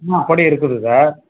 இன்னா பொடி இருக்குது சார்